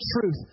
truth